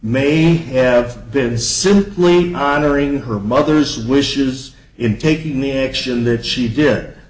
many have been is simply honoring her mother's wishes in taking the action that she did